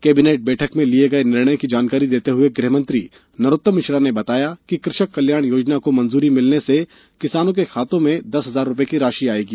cabinet बैठक में लिये गये निर्णय की जानकारी देते हुए गृह मंत्री नरोत्तम मिश्रा ने बताया कि कृषक कल्याण योजना को मंजूरी मिलने से किसानों के खाते में दस हजार रुपये की राशि आयेगी